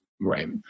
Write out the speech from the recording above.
right